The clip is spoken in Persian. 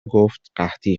گفتقحطی